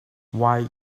why